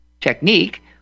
technique